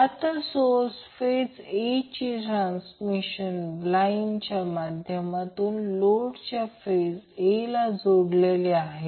आता सोर्सची phase A ही ट्रान्समिशन लाईनच्या माध्यमातून लोडच्या फेज A ला जोडलेली आहे